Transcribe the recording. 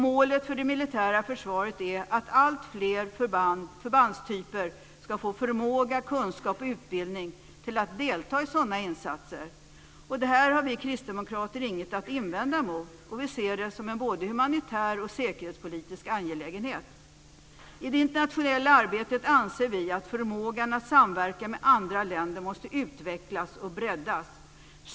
Målet för det militära försvaret är att alltfler förbandstyper ska få förmåga, kunskap och utbildning för att delta i sådana insatser. Det här har vi kristdemokrater inget att invända emot. Vi ser det som en både humanitär och säkerhetspolitisk angelägenhet. I det internationella arbetet anser vi att förmågan att samverka med andra länder måste utvecklas och breddas.